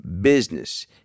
business